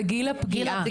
זה גיל הפגיעה.